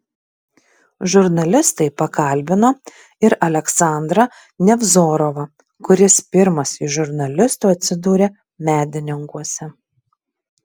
žurnalistai pakalbino ir aleksandrą nevzorovą kuris pirmas iš žurnalistų atsidūrė medininkuose